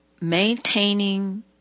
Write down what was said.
maintaining